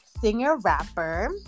singer-rapper